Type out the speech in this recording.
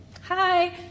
Hi